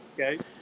Okay